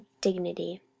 dignity